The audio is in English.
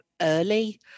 early